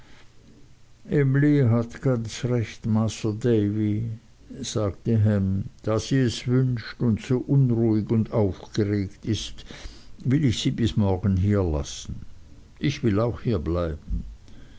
emly emly hat ganz recht masr davy sagte ham da sie es wünscht und so unruhig und aufgeregt ist will ich sie bis morgen hier lassen ich will auch hier bleiben